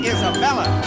Isabella